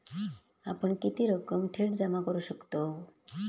आपण किती रक्कम थेट जमा करू शकतव?